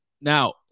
now